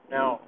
Now